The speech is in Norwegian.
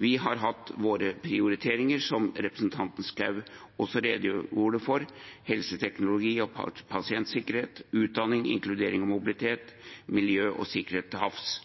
Vi har hatt våre prioriteringer, som representanten Schou også redegjorde for: helseteknologi og pasientsikkerhet, utdanning, inkludering og mobilitet, miljø og sikkerhet til havs,